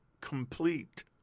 complete